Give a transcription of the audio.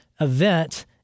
event